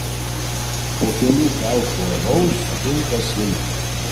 po kelių kaušų alaus tinka silkė